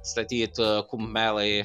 statyt a kumelai